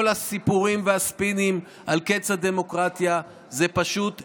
כל הסיפורים והספינים על קץ הדמוקרטיה זה פשוט אירוע,